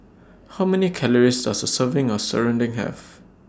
How Many Calories Does A Serving of Serunding Have